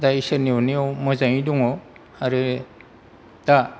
दा इसोरनि अन्नायाव मोजांयै दङ आरो दा